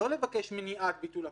לא לבקש מניעת ביטול הכרה,